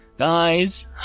Guys